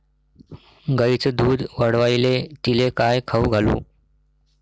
गायीचं दुध वाढवायले तिले काय खाऊ घालू?